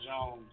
Jones